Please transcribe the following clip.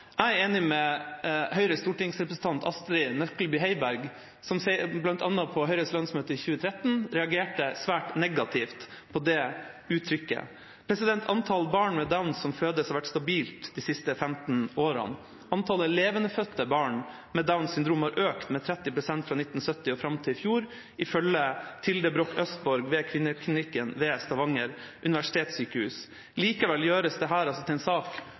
Jeg er enig med Høyres stortingsrepresentant Astrid Nøklebye Heiberg, som bl.a. på Høyres landsmøte i 2013 reagerte svært negativt på det uttrykket. Antall barn med Downs syndrom som fødes, har vært stabilt de siste 15 årene. Antallet levendefødte barn med Downs syndrom har økt med 30 pst. fra 1970 og fram til i fjor, ifølge Tilde Broch Østborg ved kvinneklinikken ved Stavanger universitetssjukehus. Likevel gjøres dette altså til en sak